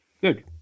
Good